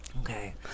okay